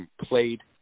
played